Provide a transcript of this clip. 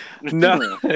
No